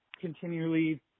continually